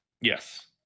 Yes